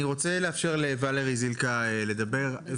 אני רוצה לאפשר לולרי זילכה לדבר.